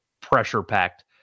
pressure-packed